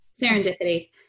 Serendipity